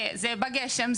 זה בגשם,